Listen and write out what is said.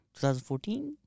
2014